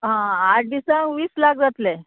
आ आठ दिसांक वीस लाख जातलें